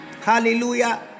Hallelujah